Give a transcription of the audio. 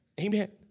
Amen